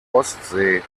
ostsee